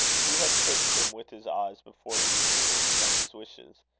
hugh had fixed him with his eyes, before he began to explain his wishes.